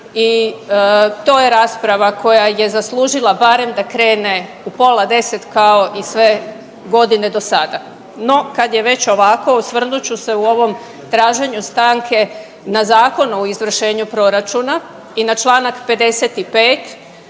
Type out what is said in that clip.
i to je rasprava koja je zaslužila barem da krene u pola 10 kao i sve godine dosada. No, kad je već ovako osvrnut ću se u ovom traženju stanke na Zakon o izvršenju proračuna i na Članak 55.